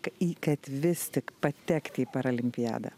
k į kad vis tik patekt į paralimpiadą